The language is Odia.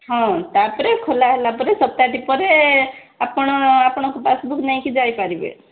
ହଁ ତା'ପରେ ଖୋଲାହେଲା ପରେ ସପ୍ତାହଟି ପରେ ଆପଣ ଆପଣଙ୍କ ପାସ୍ବୁକ୍ ନେଇକି ଯାଇପାରିବେ